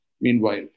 meanwhile